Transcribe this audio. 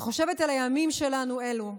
וחושבת על הימים שלנו אלו,